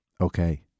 Okay